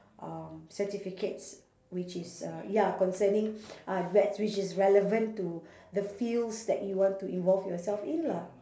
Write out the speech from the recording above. um certificates which is uh ya concerning uh which is relevant to the fields that you want to involve yourself in lah